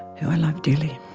who i love dearly.